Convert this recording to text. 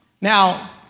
Now